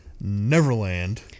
Neverland